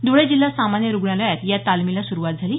धुळे जिल्हा सामान्य रुग्णालयात या तालमीला सुरूवात झाली